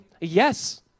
Yes